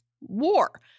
war